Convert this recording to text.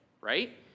right